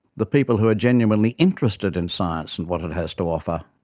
the people who are genuinely interested in science and what it has to offer.